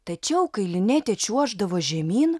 tačiau kai linetė čiuoždavo žemyn